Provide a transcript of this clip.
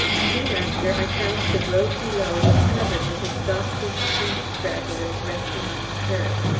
soon after, i found the road below was covered with exhausted trench stragglers resting on the kerb,